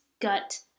gut